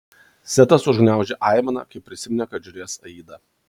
setas užgniaužė aimaną kai prisiminė kad žiūrės aidą